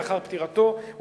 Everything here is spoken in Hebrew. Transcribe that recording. לאחר פטירתו של הצרכן,